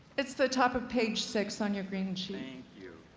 it's the top of page six on your green sheet. thank you.